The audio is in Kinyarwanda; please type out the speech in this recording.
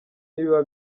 ntibiba